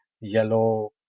yellow